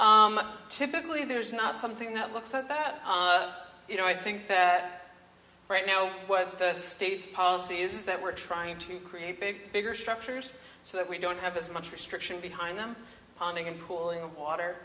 typically there's not something that looks like that you know i think that right now what the states policy is is that we're trying to create big bigger structures so that we don't have as much restriction behind them ponding and cooling water